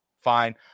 fine